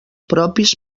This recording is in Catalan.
propis